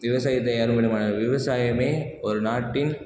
விவசாயத்தை யாரும் விடமாட்டார்கள் விவசாயமே ஒரு நாட்டின்